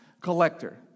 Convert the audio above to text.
collector